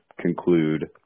conclude